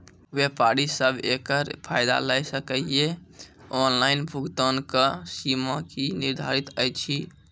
व्यापारी सब एकरऽ फायदा ले सकै ये? ऑनलाइन भुगतानक सीमा की निर्धारित ऐछि?